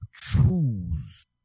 choose